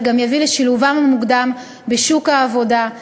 אך גם יביא לשילובם המוקדם בשוק העבודה,